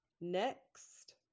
next